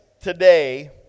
today